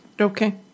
Okay